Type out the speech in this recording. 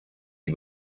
die